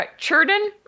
Churden